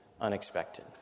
unexpected